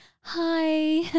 hi